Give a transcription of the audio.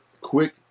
quick